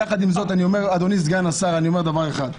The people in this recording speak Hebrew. יחד עם זאת, אדוני סגן השר, אני אומר דבר אחד: